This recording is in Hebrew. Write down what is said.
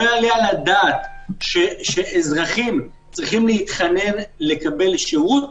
לא יעלה על הדעת שאזרחים צריכים להתחנן לקבל שירות.